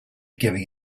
giving